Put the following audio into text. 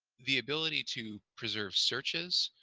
the ability to preserve searches